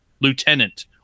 lieutenant